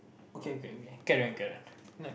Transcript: okay okay we can carry on carry on